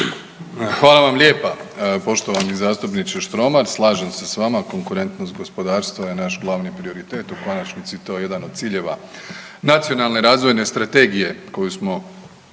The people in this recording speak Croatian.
Hvala vam lijepa poštovani zastupniče Štromar. Slažem se s vama, konkurentnost gospodarstva je naš glavni prioritet, u konačnici je to jedan od ciljeva Nacionalne razvojne strategije koju smo